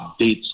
updates